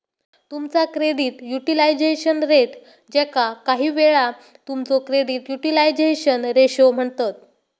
तुमचा credit utilization rate, ज्याका काहीवेळा तुमचो क्रेडिट युटिलायझेशन रेशो म्हणतत